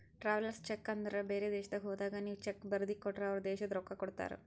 travellers cheque ಅಂದುರ್ ಬೇರೆ ದೇಶದಾಗ್ ಹೋದಾಗ ನೀವ್ ಚೆಕ್ ಬರ್ದಿ ಕೊಟ್ಟರ್ ಅವ್ರ ದೇಶದ್ ರೊಕ್ಕಾ ಕೊಡ್ತಾರ